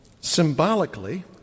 symbolically